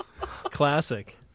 Classic